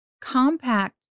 compact